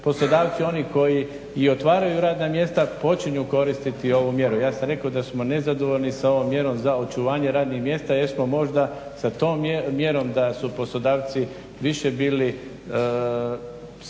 poslodavci oni koji i otvaraju radna mjesta počinju koristiti ovu mjeru. Ja sam rekao da smo nezadovoljni sa ovom mjerom za očuvanje radnih mjesta jer smo možda sa tom mjerom da su poslodavci više bili svjesni